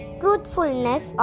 truthfulness